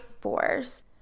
fours